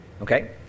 Okay